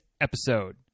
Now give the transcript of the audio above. episode